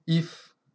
if